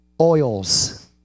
Oils